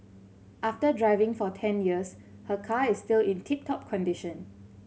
after driving for ten years her car is still in tip top condition